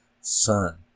son